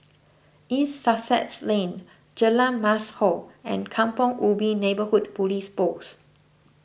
East Sussex Lane Jalan Mashhor and Kampong Ubi Neighbourhood Police Post